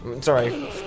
Sorry